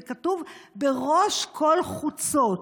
זה כתוב בראש כל חוצות.